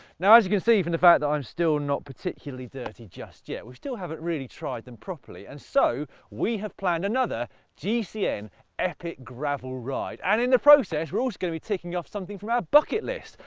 now as you can see from the fact that i'm still not particularly dirty just yet, we still haven't really tried them properly. and so, we have planned another gcn epic gravel ride. and in the process, we're also gonna be taking off something from our bucket list,